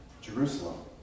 Jerusalem